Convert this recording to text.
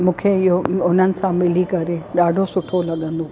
मूंखे इहो उन्हनि सां मिली करे ॾाढो सुठो लॻंदो आहे